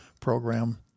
program